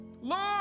Lord